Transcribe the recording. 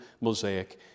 Mosaic